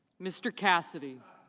mr. cassidy.